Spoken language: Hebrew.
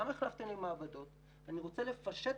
גם החלפתם לי מעבדות אני רוצה לפשט